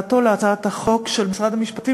ברצוני לשאול: 1. מה נעשה למניעת הייבוא?